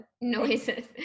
noises